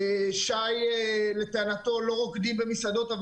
שי אמר שלא רוקדים במסעדות,